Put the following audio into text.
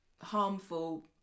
harmful